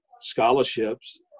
scholarships